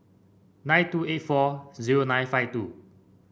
nine two eight four zero nine five two